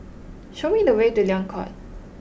show me the way to Liang Court